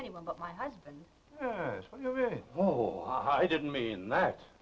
anyone but my husband oh hi didn't mean that